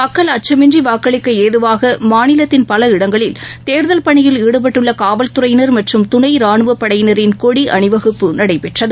மக்கள் அச்சமின்றிவாக்களிக்கஏதுவாகமாநிலத்தின் இடங்களில் தேர்தல் பணியில் ஈடுபட்டுள்ளகாவல்துறையினர் மற்றும் துணைரானுவபடையினரின் கொடிஅணிவகுப்பு நடைபெற்றது